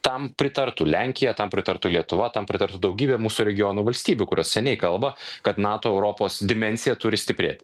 tam pritartų lenkija tam pritartų lietuva tam pritartų daugybė mūsų regiono valstybių kurios seniai kalba kad nato europos dimensija turi stiprėt